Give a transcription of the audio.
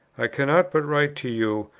i cannot but write to you,